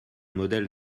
modèle